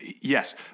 yes